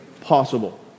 possible